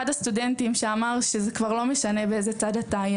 הסטודנטים שאמר שזה כבר לא משנה איזה צד אתה,